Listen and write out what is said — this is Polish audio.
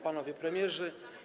Panowie Premierzy!